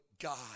God